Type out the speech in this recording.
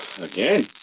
Again